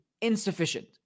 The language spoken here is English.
insufficient